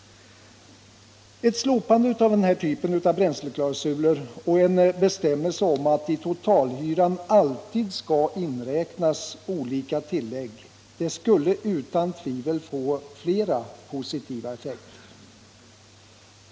Ett slopande av den här typen av bränsleklausuler och en bestämmelse om att i totalhyran alltid skall inräknas olika tillägg skulle utan tvivel få flera positiva följder.